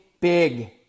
big